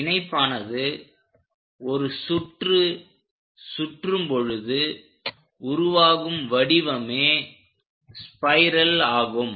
இணைப்பானது ஒரு சுற்று சுற்றும் பொழுது உருவாகும் வடிவமே ஸ்பைரல் ஆகும்